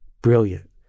brilliant